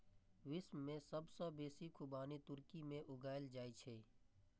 विश्व मे सबसं बेसी खुबानी तुर्की मे उगायल जाए छै